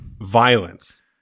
violence